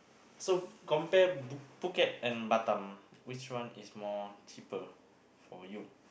so compare book Phuket and Batam which one is more cheaper for you